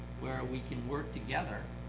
where ah we can work together,